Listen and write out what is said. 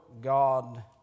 God